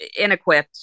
inequipped